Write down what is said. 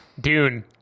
Dune